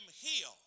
heal